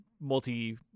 multi